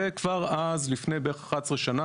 וכבר אז לפני 11 שנה,